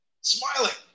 smiling